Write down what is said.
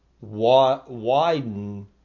widen